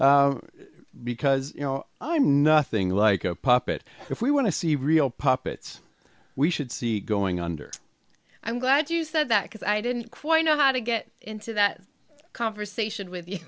because you know i'm nothing like a puppet if we want to see real puppets we should see going under i'm glad you said that because i didn't quite know how to get into that conversation with you